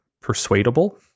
persuadable